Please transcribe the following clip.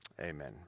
Amen